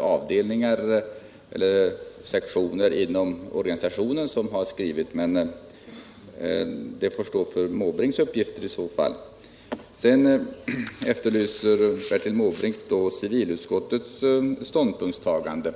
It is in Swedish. avdelningar eller sektioner inom organisationen har uttalat sig, men det får i så fall stå för Bertil Måbrinks uppgifter. Bertil Måbrink efterlyser civilutskottets ställningstagande.